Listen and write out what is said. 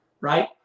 right